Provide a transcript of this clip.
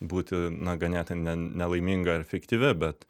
būti na ganėtinai ne nelaiminga ir efektyvi bet